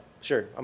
Sure